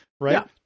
Right